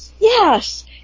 Yes